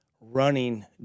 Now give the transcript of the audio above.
running